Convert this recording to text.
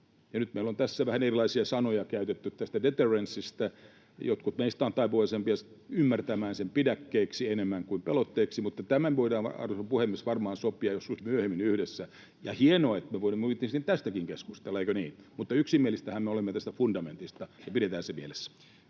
Nyt meillä on tässä vähän erilaisia sanoja käytetty tästä deterrencestä. Jotkut meistä ovat taipuvaisempia ymmärtämään sen pidäkkeeksi enemmän kuin pelotteeksi, mutta tämä me voidaan, arvoisa puhemies, varmaan sopia joskus myöhemmin yhdessä. Hienoa, että me voidaan yhteisesti tästäkin keskustella, eikö niin, mutta yksimielisiähän me olemme tästä fundamentista. Pidetään se mielessä.